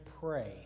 pray